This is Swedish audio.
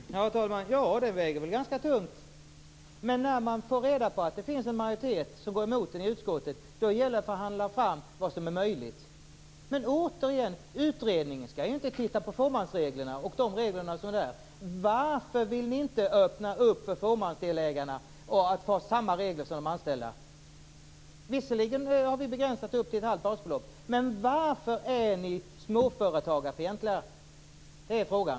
Herr talman! Ja, den väger ganska tungt. Men när man får reda på att det finns en majoritet i utskottet som går emot en gäller det att förhandla fram vad som är möjligt. Återigen: Utredningen skall inte titta på fåmansreglerna. Varför vill ni inte öppna för fåmansdelägarna att ha samma regler som de anställda? Visserligen har vi gjort en begränsning upp till ett halvt basbelopp. Men varför är ni småföretagarfientliga? Det är frågan.